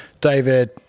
David